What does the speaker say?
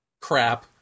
crap